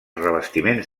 revestiments